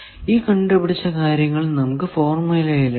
ഈ കണ്ടുപിടിച്ച കാര്യങ്ങൾ നമുക്ക് ഫോർമുലയിൽ ഇടാം